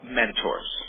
mentors